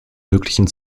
möglichen